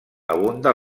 abunda